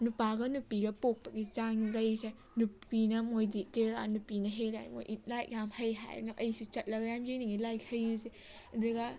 ꯅꯨꯄꯥꯒ ꯅꯨꯄꯤꯒ ꯄꯣꯛꯄꯒꯤ ꯆꯥꯡ ꯂꯩꯔꯤꯁꯦ ꯅꯨꯄꯤꯅ ꯃꯣꯏꯗꯤ ꯀꯦꯔꯜꯂꯥ ꯅꯨꯄꯤꯅ ꯍꯦꯜꯂꯦ ꯃꯣꯏꯗꯤ ꯂꯥꯏꯔꯤꯛ ꯌꯥꯝ ꯍꯩ ꯍꯥꯏ ꯑꯩꯁꯨ ꯆꯠꯂꯒ ꯌꯥꯝ ꯌꯦꯡꯅꯤꯡꯉꯤ ꯂꯥꯏꯔꯤꯛ ꯍꯩꯔꯤꯁꯦ ꯑꯗꯨꯒ